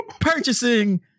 purchasing